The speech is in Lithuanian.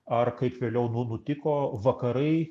ar kaip vėliau nu nutiko vakarai